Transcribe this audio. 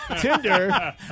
Tinder